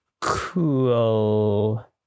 Cool